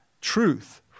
truth